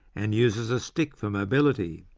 and uses a stick for mobility.